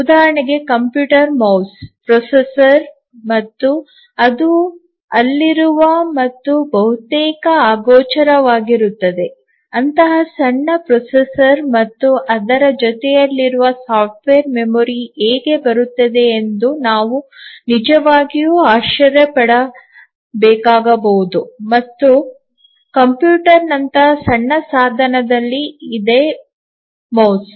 ಉದಾಹರಣೆಗೆ computer mouse processor ಮತ್ತು ಅದು ಅಲ್ಲಿರುವ ಮತ್ತು ಬಹುತೇಕ ಅಗೋಚರವಾಗಿರುತ್ತದೆ ಅಂತಹ ಸಣ್ಣ ಪ್ರೊಸೆಸರ್ ಮತ್ತು ಅದರ ಜೊತೆಯಲ್ಲಿರುವ ಸಾಫ್ಟ್ವೇರ್ ಮೆಮೊರಿ ಹೇಗೆ ಬರುತ್ತದೆ ಎಂದು ನಾವು ನಿಜವಾಗಿಯೂ ಆಶ್ಚರ್ಯಪಡಬೇಕಾಗಬಹುದು ಮತ್ತು ಕಂಪ್ಯೂಟರ್ನಂತಹ ಸಣ್ಣ ಸಾಧನದಲ್ಲಿ ಇದೆ ಇಲಿ